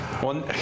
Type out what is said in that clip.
One